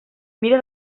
mira